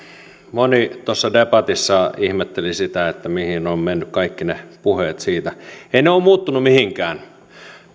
moni debatissa ihmetteli mihin ovat menneet kaikki ne puheet siitä eivät ne ole muuttuneet mihinkään